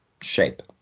shape